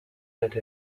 had